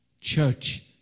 church